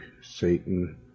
satan